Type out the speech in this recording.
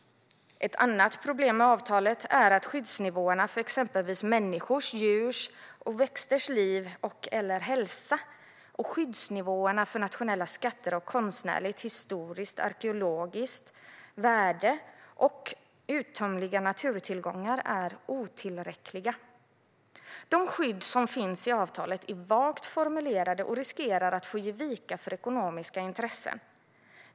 Ett annat problem med avtalet är att skyddsnivåerna för exempelvis människors, djurs eller växters liv eller hälsa och skyddsnivåerna för nationella skatter av konstnärligt, historiskt eller arkeologiskt värde och uttömliga naturtillgångar är otillräckliga. De skydd som finns i avtalet är vagt formulerade och riskerar att få ge vika för ekonomiska intressen.